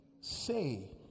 say